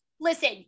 listen